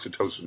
oxytocin